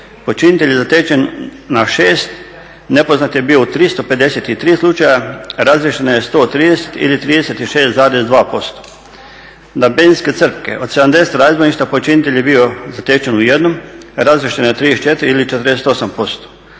počinitelj je zatečen na 6, nepoznat je bio u 353 slučaja, razriješeno je 130 ili 36,2%. Na benzinske crpke, od 70 razbojništava počinitelj je bio zatečen u jednom, razriješeno je 34 ili 48%.